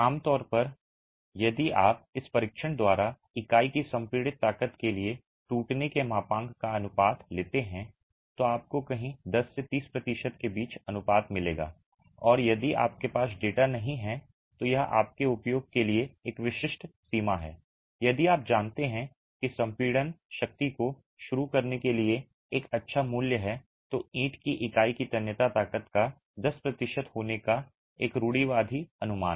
आमतौर पर यदि आप इस परीक्षण द्वारा इकाई की संपीड़ित ताकत के लिए टूटने के मापांक का अनुपात लेते हैं तो आपको कहीं 10 से 30 प्रतिशत के बीच अनुपात मिलेगा और यदि आपके पास डेटा नहीं है तो यह आपके उपयोग के लिए एक विशिष्ट सीमा है यदि आप जानते हैं कि संपीडन शक्ति को शुरू करने के लिए एक अच्छा मूल्य है तो ईंट की इकाई की तन्यता ताकत का 10 प्रतिशत होने का एक रूढ़िवादी अनुमान